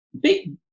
big